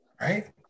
right